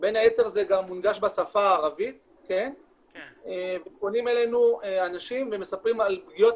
בין היתר זה גם מונגש בשפה הערבית ופונים אלינו אנשים ומספרים על פגיעות